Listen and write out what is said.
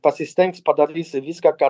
pasistengs padarys viską kad